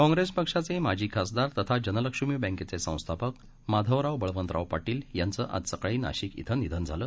काँग्रेस पक्षाचे माजी खासदार तथा जनलक्ष्मी बँकेचे संस्थापक माधवराव बळवंतराव पाटील यांचं आज सकाळी नाशिक धिं निधन झालं